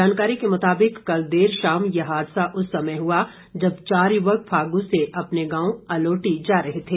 जानकारी के मुताबिक कल देर शाम ये हादसा उस समय हुआ जब चार युवक फागू से अपने गांव अलोटी जा रहे थे